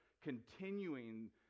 continuing